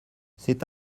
c’est